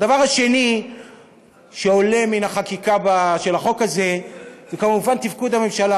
הדבר השני שעולה מן החקיקה של החוק הזה הוא כמובן תפקוד הממשלה,